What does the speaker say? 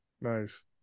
Nice